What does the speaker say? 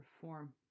perform